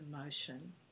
emotion